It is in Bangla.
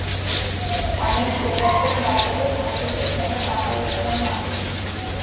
অনেক এরকম বাজার থাকে যেখানে টাকার লেনদেন হয়